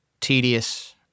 tedious